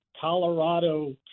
Colorado